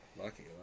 lucky